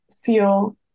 feel